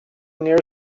near